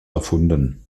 erfunden